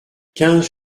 quinze